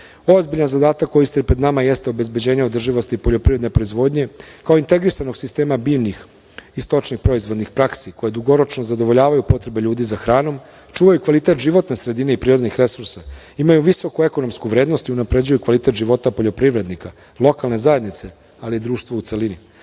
ozbiljan zadatak koji stoji pred nama jeste obezbeđenje održivosti poljoprivredne proizvodnje, kao integrisanog sistema biljnih i stočnih proizvodnih praksi koje dugoročno zadovoljavaju potrebe ljudi za hranom, čuvaju kvalitet životne sredine i prirodnih resursa, imaju visoku ekonomsku vrednost i unapređuju kvalitet života poljoprivrednika, lokalne zajednice, ali i društva u celini. Pomenuo